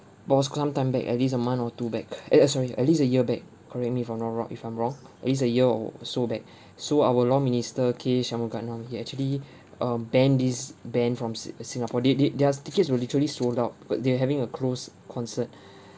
but it was some time back at least a month or two back eh eh sorry at least a year back correct me if I'm not wrong if I'm wrong at least a year or so back so our law minister K shanmugam [one] he actually uh banned this band from si~ singapore they did their tickets were literally sold out but they are having a closed concert